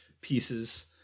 pieces